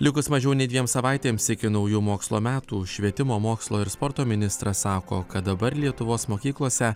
likus mažiau nei dviem savaitėms iki naujų mokslo metų švietimo mokslo ir sporto ministras sako kad dabar lietuvos mokyklose